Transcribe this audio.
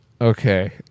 Okay